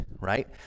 right